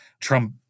Trump